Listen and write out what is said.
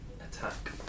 attack